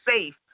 safe